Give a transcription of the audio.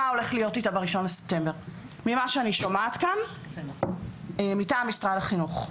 ממה שאני שומעת כאן מטעם משרד החינוך מה הולך להיות איתה ב-1 בספטמבר.